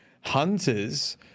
Hunters